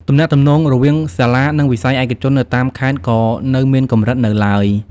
ទំនាក់ទំនងរវាងសាលានិងវិស័យឯកជននៅតាមខេត្តក៏នៅមានកម្រិតនៅឡើយ។